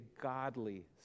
godly